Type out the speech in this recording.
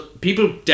people